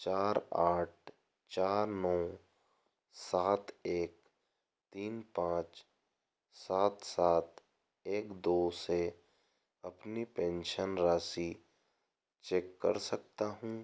चार आठ चार नौ सात एक तीन पाँच सात सात एक दो से अपनी पेंशन राशि चेक कर सकता हूँ